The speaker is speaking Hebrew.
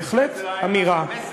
בהחלט אמירה.